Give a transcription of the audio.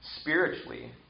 spiritually